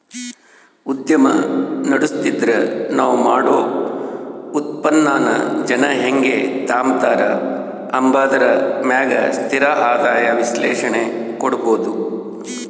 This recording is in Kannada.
ಉದ್ಯಮ ನಡುಸ್ತಿದ್ರ ನಾವ್ ಮಾಡೋ ಉತ್ಪನ್ನಾನ ಜನ ಹೆಂಗ್ ತಾಂಬತಾರ ಅಂಬಾದರ ಮ್ಯಾಗ ಸ್ಥಿರ ಆದಾಯ ವಿಶ್ಲೇಷಣೆ ಕೊಡ್ಬೋದು